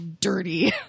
dirty